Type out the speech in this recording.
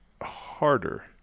harder